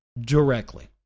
directly